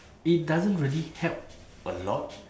it doesn't really help a lot